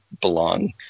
belong